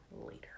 later